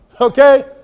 Okay